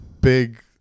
big